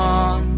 on